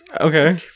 Okay